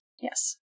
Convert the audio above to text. Yes